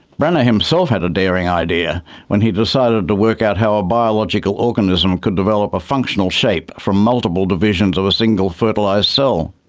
brenner himself had a daring idea when he decided to work out how a biological organism could develop a functional shape from multiple divisions of a single fertilised so